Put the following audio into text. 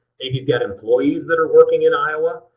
maybe you've got employees that are working in iowa.